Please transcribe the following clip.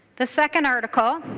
the second article